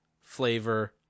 flavor